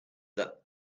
that